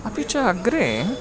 अपि च अग्रे